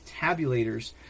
tabulators